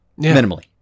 minimally